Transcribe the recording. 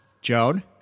Joan